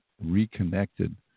reconnected